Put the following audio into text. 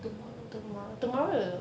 tomorrow